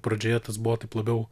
pradžioje tas buvo taip labiau